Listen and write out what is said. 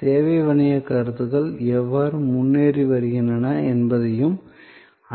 சேவை வணிகக் கருத்துகள் எவ்வாறு முன்னேறி வருகின்றன என்பதையும்